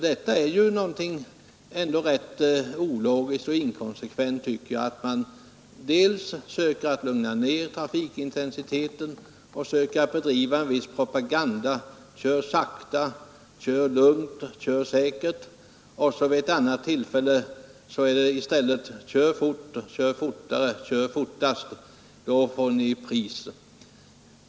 Det är ändå ganska ologiskt och inkonsekvent att man försöker lugna ned trafikintensiteten och bedriver en viss propaganda — kör sakta, kör lugnt, kör säkert medan det vid andra tillfällen heter: kör fort, kör fortare, kör fortast, då vinner ni pris.